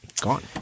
gone